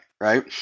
Right